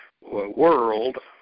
world